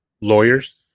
lawyers